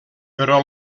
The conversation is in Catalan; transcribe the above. però